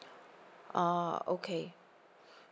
oh okay